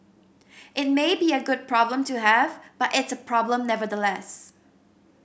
it may be a good problem to have but it's a problem nevertheless